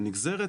הנגזרת